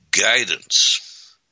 guidance